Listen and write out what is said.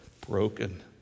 broken